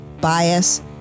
bias